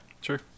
Sure